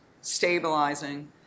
stabilizing